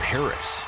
Paris